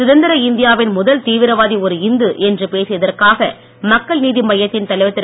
சுதந்திர இந்தியா வின் முதல் தீவிரவாதி ஒரு இந்து என்று பேசியதற்காக மக்கள் நீதி மய்யத்தின் தலைவர் திரு